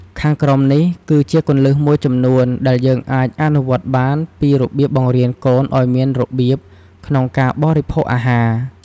ខាងក្រោមនេះ គឺជាគន្លឹះមួយចំនួនដែលយើងអាចអនុវត្តបាន ពីរបៀបបង្រៀនកូនឲ្យមានរបៀបក្នុងការបរិភោគអាហារ។